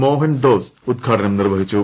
മോഹൻ ഡോസ് ഉദ്ഘാടനം നിർവ്വഹിച്ചു